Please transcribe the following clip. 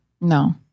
No